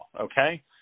okay